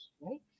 right